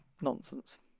nonsense